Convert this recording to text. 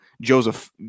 Joseph